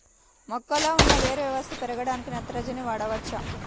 మొక్కలో ఉన్న వేరు వ్యవస్థ పెరగడానికి నత్రజని వాడవచ్చా?